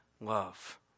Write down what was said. love